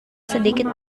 sedikit